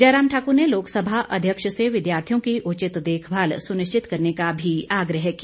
जयराम ठाकुर ने लोकसभा अध्यक्ष से विद्यार्थियों की उचित देखभाल सुनिश्चित करने का भी आग्रह किया